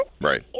Right